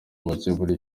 bakemure